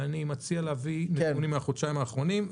אני מציע להביא נתונים מהחודשיים האחרונים.